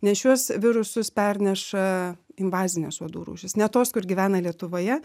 nes šiuos virusus perneša invazinės uodų rūšys ne tos kur gyvena lietuvoje